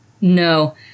No